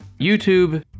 YouTube